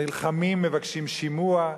נלחמים, מבקשים שימוע?